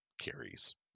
carries